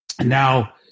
Now